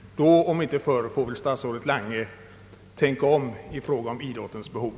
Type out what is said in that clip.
Då om inte förr får väl statsrådet Lange tänka om i fråga om idrottens behov.